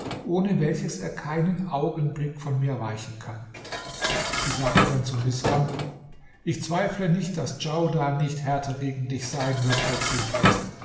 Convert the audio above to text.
ohne welches er keinen augenblick von mir weichen kann sie sagte dann zu misram ich zweifle nicht daß djaudar nicht härter gegen dich sein wird als